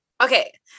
Okay